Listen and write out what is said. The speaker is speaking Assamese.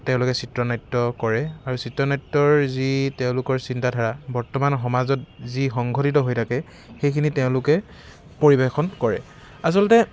তেওঁলোকে চিত্ৰনাট্য কৰে আৰু চিত্ৰনাট্যৰ যি তেওঁলোকৰ চিন্তাধাৰা বৰ্তমান সমাজত যি সংঘটিত হৈ থাকে সেইখিনি তেওঁলোকে পৰিৱেশন কৰে আচলতে